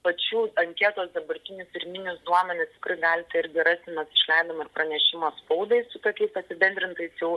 pačių anketos dabartinius pirminius duomenis tikrai galite irgi rasti nors išleidom ir pranešimą spaudai su tokiais apibendrintais jau